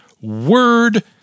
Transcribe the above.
word